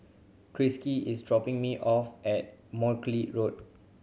is dropping me off at Road